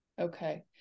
Okay